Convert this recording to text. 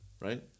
Right